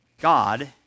God